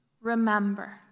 Remember